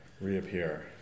reappear